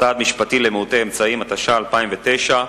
(סעד משפטי למעוטי אמצעים), התש"ע 2009,